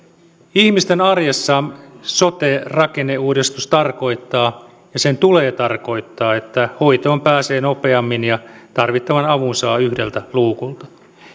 ihmisten arjessa sote rakenneuudistus tarkoittaa ja sen tulee tarkoittaa että hoitoon pääsee nopeammin ja tarvittavan avun saa yhdeltä luukulta